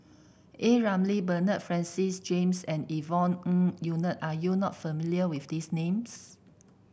A Ramli Bernard Francis James and Yvonne Ng Uhde are you not familiar with these names